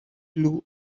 blue